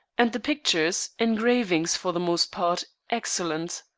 and the pictures, engravings for the most part, excellent.